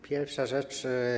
Pierwsza rzecz.